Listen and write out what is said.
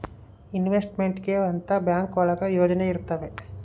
investment ಗೆ ಅಂತ bank ಒಳಗ ಯೋಜನೆ ಇರ್ತವೆ